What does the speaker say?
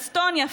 אסטוניה,